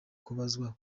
kubazwa